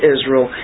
Israel